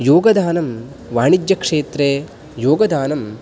योगदानं वाणिज्यक्षेत्रे योगदानं